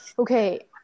Okay